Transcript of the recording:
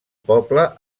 poble